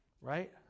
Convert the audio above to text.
Right